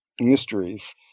mysteries